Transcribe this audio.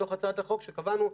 בתוך הצעת החוק שקבענו,